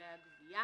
ממסלולי הגבייה.